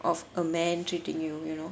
of a man treating you you know